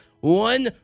one